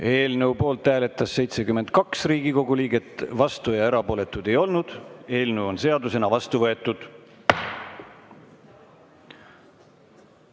Eelnõu poolt hääletas 64 Riigikogu liiget, vastu oli 5, erapooletuid ei olnud. Eelnõu on seadusena vastu võetud.